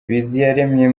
biziyaremye